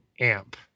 amp